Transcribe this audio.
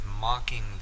mocking